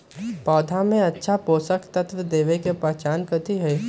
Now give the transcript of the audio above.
पौधा में अच्छा पोषक तत्व देवे के पहचान कथी हई?